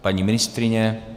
Paní ministryně?